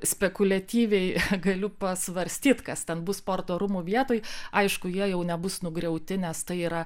spekuliatyviai galiu pasvarstyti kas ten bus sporto rūmų vietoj aišku jie jau nebus nugriauti nes tai yra